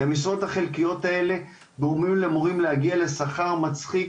כי המשרות החלקיות האלה גורמות למורים להגיע לשכר מצחיק,